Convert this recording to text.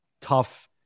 tough